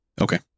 Okay